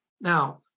Now